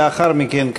לאחר מכן,